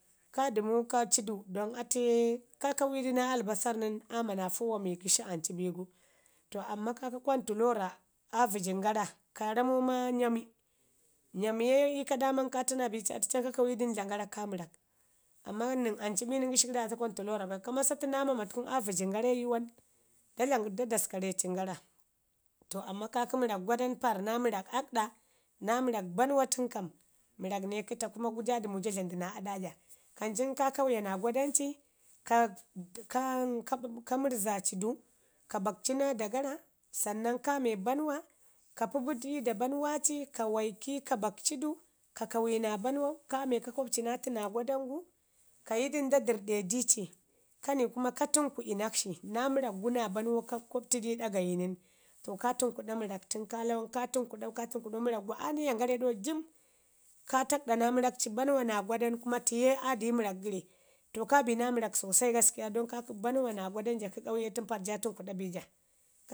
kardəmu ka cidu don atuye ka kaugudu naa albasarr nən aama naa foon mii gəshi ancu bigu. to amma kakə controller ga rəjjəngara kara man, ma nyami, nyamiye ka taa naa bia atiye ka kau yadu nən aa dlam gara ka mərrak amman nən ancu bi nən gəshi gəri aa taa controller bai ka massatu nən naa mama tuku aa vəjjin gara ii yuwan da daskare təngara to amma mərrak gwada nu tunu kam naa mərrak aakkɗa naa mərrak bannwa tunu kam mərrak ne kə taa kuma jaa dəmu jaa dlamdu naa adaja. kan cin ka kauya naa gwadak ci ka mərrzacidu, ka baakci naa daagarce sannan kame bannwa ka pii ɓubut ii daa bannwa ci ka waiki ka bakcidu ka kauyi naa bannwa kame ka kwab li naa ator naa gwadan gu kayi du nda dərəɗe dici kani kuma ka tənkuɗi nakshi naa mərrak gu naa bannwau ka kwabtudu lda gayi nən to ka tumkuɗa mərrak tanu ka lawan əu ka tankuɗan mərr akgu aa niyan gara ii ɗau jum ka tak ɗa naa mərrak ci Bannwa naa gwadanu kuma tiye aa di mərrakgəri to kabi naa mərrak sosai gaskiya don bannura naa gwadanu ka kə jaanda kange tunu Parr jaa tumku da bijab